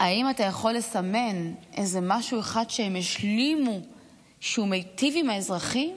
האם אתה יכול לסמן משהו אחד שהם השלימו שמיטיב עם האזרחים?